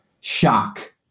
shock